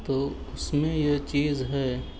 تو اس میں یہ چیز ہے